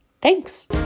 Thanks